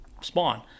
spawn